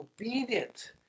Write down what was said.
obedient